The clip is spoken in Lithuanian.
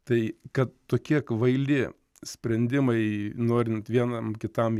tai kad tokie kvaili sprendimai norint vienam kitam